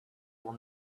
will